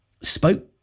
spoke